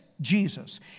Jesus